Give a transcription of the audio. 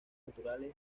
naturales